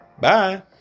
Bye